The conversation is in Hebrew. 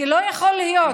כי לא יכול להיות שהם ייתנו,